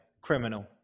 criminal